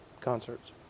concerts